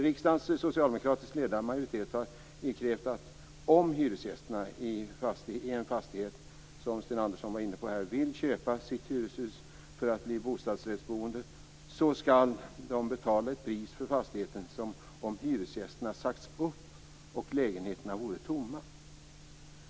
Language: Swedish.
Riksdagens socialdemokratiskt ledda majoritet har krävt att om hyresgästerna i en fastighet, som Sten Andersson var inne på, vill köpa sitt hyreshus för att bli bostadsrättsboende, så skall de betala ett pris för fastigheten som om hyresgästerna hade sagts upp och lägenheterna vore tomma.